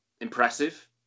impressive